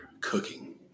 cooking